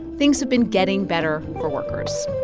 things have been getting better for workers